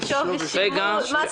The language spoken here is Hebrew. מי נמנע?